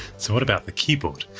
so what about the keyboard?